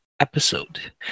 episode